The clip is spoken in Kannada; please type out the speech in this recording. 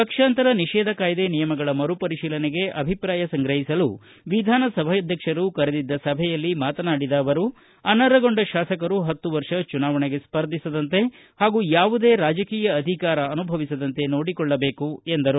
ಪಕ್ಷಾಂತರ ನಿಷೇಧ ಕಾಯ್ದೆ ನಿಯಮಗಳ ಮರುಪರಿಶೀಲನೆಗೆ ಅಭಿಪ್ರಾಯ ಸಂಗ್ರಹಿಸಲು ವಿಧಾನಸಭಾಧ್ಯಕರು ಕರೆದಿದ್ದ ಸಭೆಯಲ್ಲಿ ಮಾತನಾಡಿದ ಅವರು ಅನರ್ಹಗೊಂಡ ಶಾಸಕರು ಪತ್ತು ವರ್ಷ ಚುನಾವಣೆಗೆ ಸ್ಪರ್ಧಿಸದಂತೆ ಹಾಗೂ ಯಾವುದೇ ರಾಜಕೀಯ ಅಧಿಕಾರ ಅನುಭವಿಸದಂತೆ ನೋಡಿಕೊಳ್ಳಬೇಕು ಎಂದರು